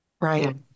Right